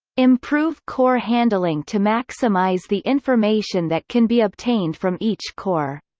improve core handling to maximise the information that can be obtained from each core.